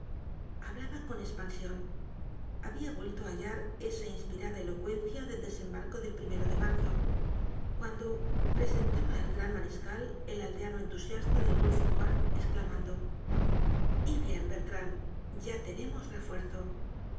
hablaba con espansion habia vuelto á hallar esa inspirada elocuencia del desembarco del de marzo cuando presentaba al gran mariscal el aldeano entusiasta del golfo juan esclamando y bien bertrand ya tenemos refuerzo